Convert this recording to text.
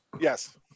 Yes